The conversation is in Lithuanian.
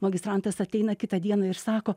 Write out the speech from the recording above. magistrantas ateina kitą dieną ir sako